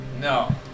No